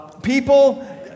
People